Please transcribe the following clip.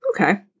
Okay